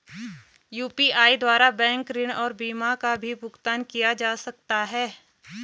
UPI द्वारा bank ऋण और बीमा का भी भुगतान किया जा सकता है?